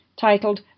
titled